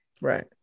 Right